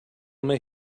may